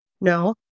No